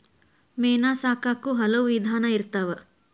ಮೇನಾ ಸಾಕಾಕು ಹಲವು ವಿಧಾನಾ ಇರ್ತಾವ